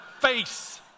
face